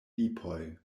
lipoj